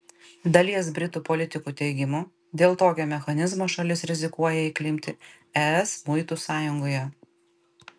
dalies britų politikų teigimu dėl tokio mechanizmo šalis rizikuoja įklimpti es muitų sąjungoje